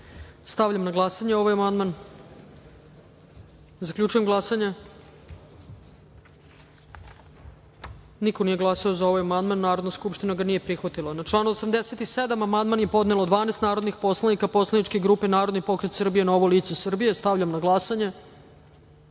Srbije. Stavljam na glasanje ovaj amandman. Zaključujem glasanje: niko nije glasao za ovaj amandman. Narodna skupština ga nije prihvatila. Na član 73. amandman je podnelo 12 narodnih poslanika poslaničke grupe Narodni pokret Srbije – Novo lice Srbije. Stavljam na glasanje